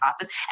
office